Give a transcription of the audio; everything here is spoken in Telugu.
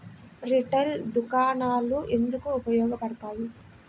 రిటైల్ దుకాణాలు ఎందుకు ఉపయోగ పడతాయి?